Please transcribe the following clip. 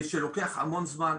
שלוקח המון זמן,